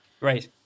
right